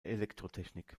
elektrotechnik